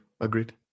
agreed